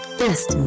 best